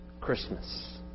Christmas